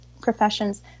professions